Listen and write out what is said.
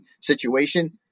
situation